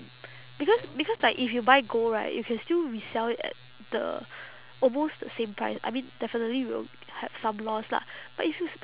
because because like if you buy gold right you can still resell it at the almost the same price I mean definitely will have some loss lah but if you s~